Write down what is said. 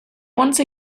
once